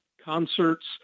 concerts